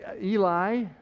Eli